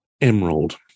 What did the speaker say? Emerald